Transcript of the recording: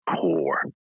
core